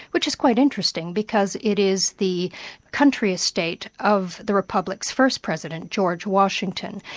which is quite interesting, because it is the country estate of the republic's first president, george washington,